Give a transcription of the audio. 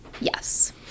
Yes